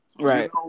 Right